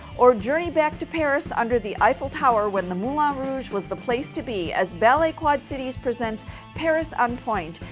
or journey back to paris, under the eiffel tower, when the moulin rouge was the place to be, as ballet quad cities presents paris en um pointe,